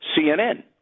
CNN